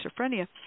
schizophrenia